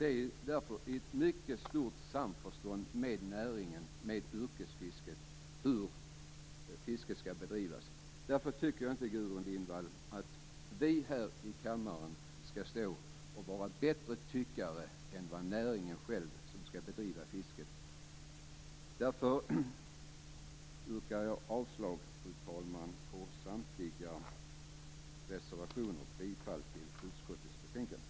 Det är därför ett mycket stort samförstånd med näringen, med yrkesfiskarna, om hur fisket skall bedrivas. Därför tycker jag inte, Gudrun Lindvall, att vi här i kammaren skall stå och vara bättre tyckare än näringen själv som skall bedriva fisket. Fru talman! Därför yrkar jag avslag på samtliga reservationer och bifall till hemställan i utskottets betänkande.